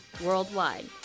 worldwide